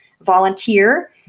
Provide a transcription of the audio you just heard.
volunteer